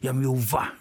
jam jau va